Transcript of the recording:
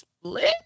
Split